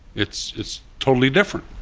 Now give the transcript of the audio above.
it's it's totally different